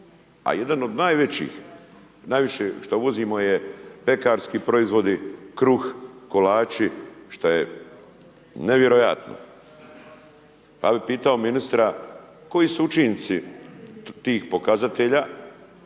a jedan od najvećih, najviše što uvozimo je pekarski proizvodi, kruh, kolači, šta je nevjerojatno. Ja bih pitao ministra koji su učinci tih pokazatelja